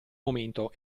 momento